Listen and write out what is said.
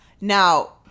Now